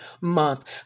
month